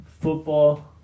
football